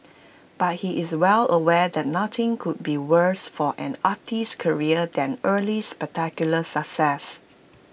but he is well aware that nothing could be worse for an artist's career than early spectacular success